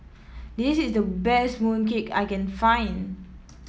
this is the best mooncake I can find